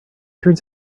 turns